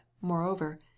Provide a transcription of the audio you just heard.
moreover